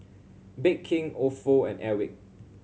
Bake King Ofo and Airwick